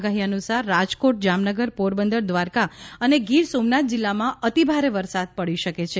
આગાહી અનુસાર રાજકોટ જામનગર પોરબંદર દ્વારકા અને ગિરસોમનાથ જિલ્લામાં અતિ ભારે વરસાદ પડી શકે છે